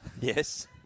Yes